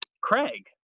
craig